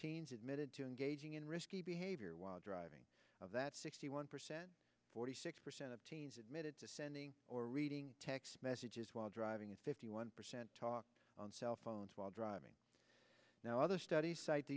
in risky behavior while driving of that sixty one percent forty six percent of teens admitted to sending or reading text messages while driving at fifty one percent talk on cell phones while driving now other studies cite t